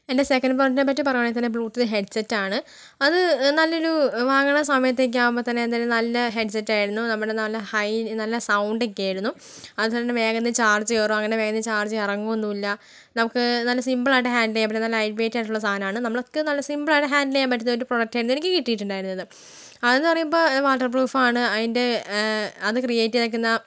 എൻ്റെ സെക്കൻഡ് പ്രൊഡക്റ്റിനെ പറ്റി പറയുകയാണെങ്കിൽ തന്നെ ബ്ലൂട്ടൂത്ത് ഹെഡ്സെറ്റ് ആണ് അത് നല്ലൊരു വാങ്ങുന്ന സമയത്തേക്ക് ആവുമ്പം തന്നെ എന്തായാലും നല്ല ഹെഡ്സെറ്റ് ആയിരുന്നു നമ്മുടെ നല്ല ഹൈ നല്ല സൗണ്ട് ഒക്കെയായിരുന്നു അതേ സമയം വേഗന്ന് ചാർജ് കയറും അങ്ങനെ വേഗന്ന് ചാർജ് ഇറങ്ങുവൊന്നൂമില്ല നമുക്ക് നല്ല സിമ്പിൾ ആയിട്ട് ഹാൻഡിൽ ചെയ്യാൻ പറ്റും നല്ല ലൈറ്റ് വെയിറ്റ് ആയിട്ടുള്ള സാധനമാണ് നമ്മൾ ഒക്കെ നല്ല സിമ്പിൾ ആയിട്ട് ഹാൻഡിൽ ചെയ്യാൻ പറ്റുന്ന ഒരു പ്രൊഡക്റ്റ് ആയിരുന്നു എനിക്ക് കിട്ടിയിട്ടുണ്ടായിരുന്നത് അതൊന്നു പറയുമ്പോൾ വാട്ടർപ്രൂഫ് ആണ് അതിന്റെ അത് ക്രിയേറ്റ് ചെയ്തിരിക്കുന്നത്